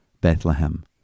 Bethlehem